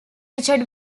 richard